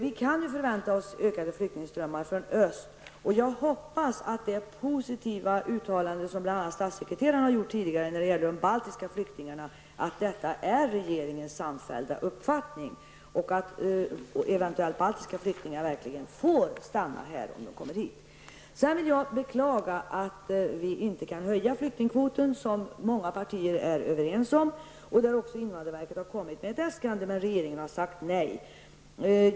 Vi kan ju förvänta oss ökade flyktingströmmar från öst, och jag hoppas att det positiva uttalande som bl.a. statssekreteraren tidigare har gjort när det gäller de baltiska flyktingarna är regeringens samfällda uppfattning och att eventuella baltiska flyktingar verkligen får stanna i Sverige om de kommer hit. Jag vill beklaga att vi inte kan öka flyktingkvoten, vilket många partier är överens om. Även invandrarverket har kommit med ett äskande, men regeringen har sagt nej.